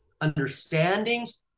understandings